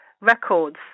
records